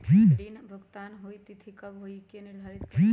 ऋण भुगतान की तिथि कव के होई इ के निर्धारित करेला?